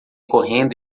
correndo